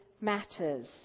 matters